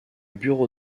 bureau